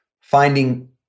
finding